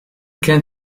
can